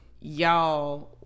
y'all